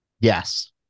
yes